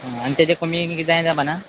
आनी तेजे कमी किद कांय जावपाना